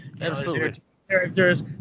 characters